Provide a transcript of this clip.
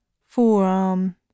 forearm